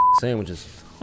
sandwiches